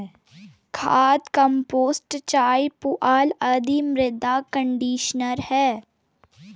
खाद, कंपोस्ट चाय, पुआल आदि मृदा कंडीशनर है